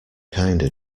kinda